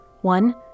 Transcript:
One